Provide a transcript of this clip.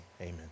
amen